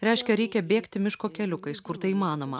reiškia reikia bėgti miško keliukais kur tai įmanoma